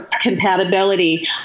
compatibility